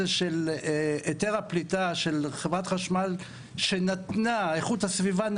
של היתר הפליטה שנתנה איכות הסביבה,